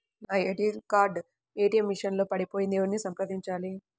నా ATM card ATM machine లో పడిపోయింది ఎవరిని సంప్రదించాలి?